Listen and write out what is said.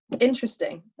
interesting